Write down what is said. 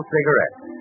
Cigarettes